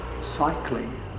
cycling